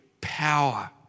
Power